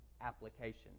application